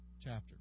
chapter